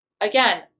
Again